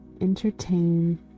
entertain